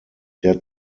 der